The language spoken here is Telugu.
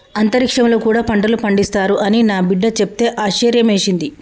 అంతరిక్షంలో కూడా పంటలు పండిస్తారు అని నా బిడ్డ చెప్తే ఆశ్యర్యమేసింది